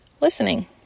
listening